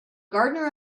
gardener